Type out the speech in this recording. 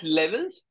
levels